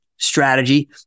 strategy